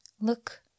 Look